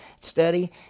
study